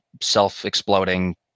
self-exploding